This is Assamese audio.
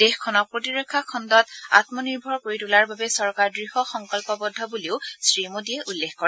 দেশখনক প্ৰতিৰক্ষা খণ্ডত আমনিৰ্ভৰ কৰি তোলাৰ বাবে চৰকাৰ দুঢ় সংকল্পবদ্ধ বুলিও শ্ৰীমোদীয়ে উল্লেখ কৰে